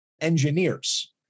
engineers